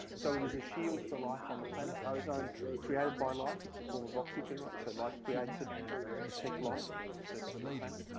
so it is a shield for life on the planet. ozone created by life. it's a form of oxygen, right. so life creates it to protect life on the surface of the planet.